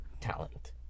talent